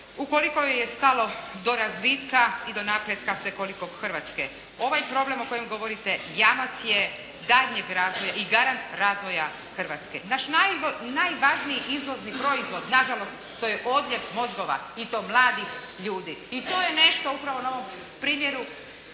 ukoliko joj je stalo do razvitka i do napretka svekolikog Hrvatske. Ovaj problem o kojem govorite jamac je daljnjeg razvoja i garant razvoja Hrvatske. Naš najvažniji izvozni proizvod nažalost to je odljev mozgova i to mladih ljudi. I to je nešto upravo na ovom primjeru